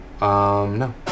no